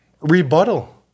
rebuttal